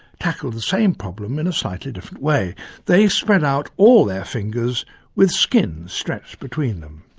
tackled the same problem in a slightly different way they spread out all their fingers with skin stretched between them.